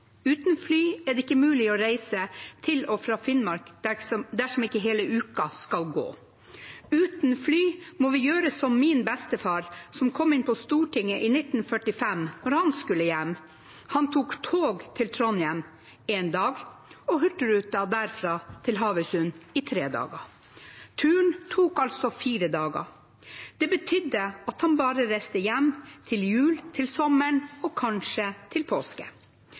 Uten fly er det ikke mulig å reise til og fra Finnmark dersom ikke hele uka skal gå. Uten fly må vi gjøre som min bestefar, som kom inn på Stortinget i 1945, når han skulle hjem. Han tok tog til Trondheim første dag, og så Hurtigruta til Havøysund, som tok tre dager. Turen tok altså fire dager. Det betydde at han bare reiste hjem til jul, om sommeren og kanskje til påske.